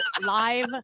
live